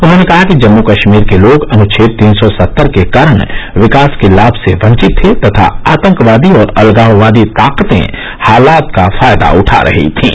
उन्होंने कहा कि जम्मू कश्मीर के लोग अनुच्छेद तीन सौ सत्तर के कारण विकास के लाभ से वंचित थे तथा आतंकवादी और अलगाववादी ताकतें हालात का फायदा उठा रही थीं